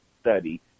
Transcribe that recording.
study